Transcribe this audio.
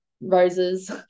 roses